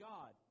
God